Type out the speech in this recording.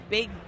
Big